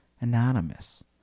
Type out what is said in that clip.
anonymous